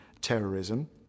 terrorism